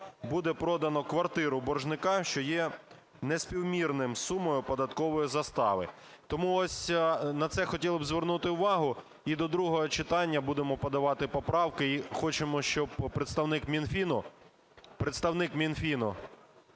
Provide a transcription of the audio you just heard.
буде продано квартиру боржника, що є неспівмірним із сумою податкової застави. Тому на це хотіли б звернути увагу. І до другого читання будемо подавати поправки і хочемо, щоб представник Мінфіну…